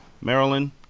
Maryland